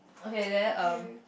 okay then um